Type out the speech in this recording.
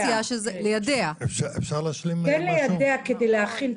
ליידע כדי להכין.